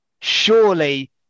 Surely